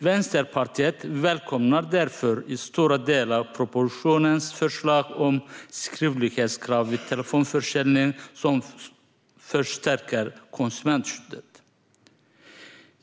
Vänsterpartiet välkomnar därför i stora delar propositionens förslag om skriftlighetskrav vid telefonförsäljning, som förstärker konsumentskyddet.